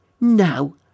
Now